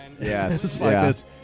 yes